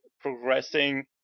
progressing